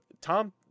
Tom